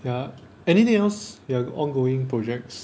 ya anything else you have ongoing projects